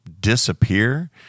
disappear